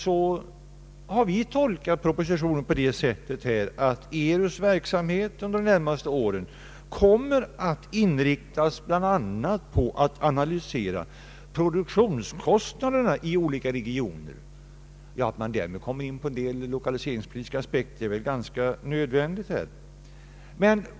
Vi har tolkat propositionen på det sättet att ERU:s verksamhet under de närmaste åren bland annat skall inriktas på att analysera produktionskostnaderna i olika regioner. Att man därvid kommer in på en del lokaliseringspolitiska aspekter är väl ganska oundvikligt.